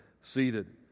seated